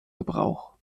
gebrauch